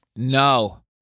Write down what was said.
no